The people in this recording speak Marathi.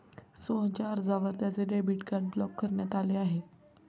सोहनच्या अर्जावर त्याचे डेबिट कार्ड ब्लॉक करण्यात आले आहे